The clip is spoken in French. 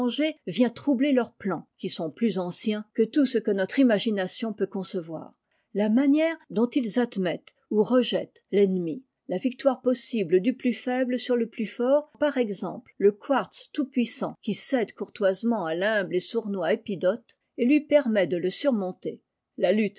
vient troubler leurs plans qui sont plus anciens que tout ce que notre imagination peut concevoir la manière dont ils admettent ou rejettent tennemi la victoire possible du plus faible sur le plus fort par exemple le quartz tout-puissant qui cède courtoisement à thumble et sournois epidote et lui permet de le surmonter la